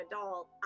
adult